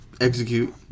Execute